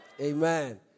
Amen